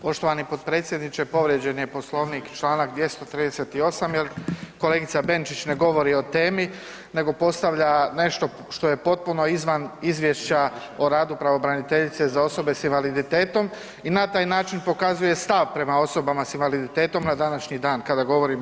Poštovani potpredsjedniče povrijeđen je Poslovnik čl. 238. jel kolegica Benčić ne govori o temi nego postavlja nešto što je potpuno izvan izvješća o radu pravobraniteljice za osobe s invaliditetom i na taj način pokazuje stav prema osobama s invaliditetom na današnji dan kada govorimo